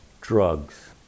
Drugs